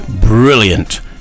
brilliant